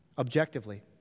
Objectively